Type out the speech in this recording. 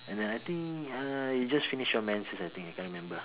and then I think uh you just finished your menses I think I can't remember